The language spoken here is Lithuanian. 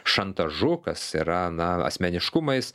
šantažu kas yra na asmeniškumais